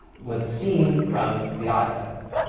was a scene from the odd couple